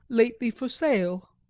lately for sale.